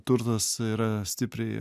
turtas yra stipriai